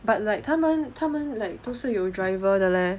but like 他们他们 like 都是有 driver 的 leh